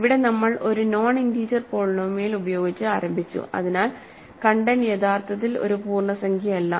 ഇവിടെനമ്മൾ ഒരു non integer polynomial ഉപയോഗിച്ച് ആരംഭിച്ചു അതിനാൽ കണ്ടെന്റ് യഥാർത്ഥത്തിൽ ഒരു പൂർണ്ണസംഖ്യയല്ല